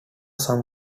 some